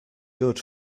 good